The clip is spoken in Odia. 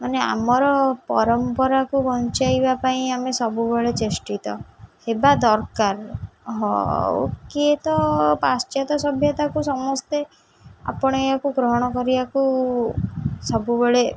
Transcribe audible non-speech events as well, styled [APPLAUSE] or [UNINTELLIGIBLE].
ମାନେ ଆମର ପରମ୍ପରାକୁ ବଞ୍ଚାଇବା ପାଇଁ ଆମେ ସବୁବେଳେ ଚେଷ୍ଟିତ ହେବା ଦରକାର ହଉ କିଏ ତ ପାଶ୍ଚାତ୍ୟ ସଭ୍ୟତାକୁ ସମସ୍ତେ [UNINTELLIGIBLE] ଗ୍ରହଣ କରିବାକୁ ସବୁବେଳେ